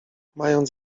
mając